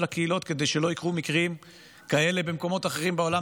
הקהילות כדי שלא יקרו מקרים כאלה במקומות אחרים בעולם,